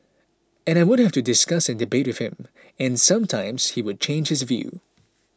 and I would have to discuss and debate with him and sometimes he would change his view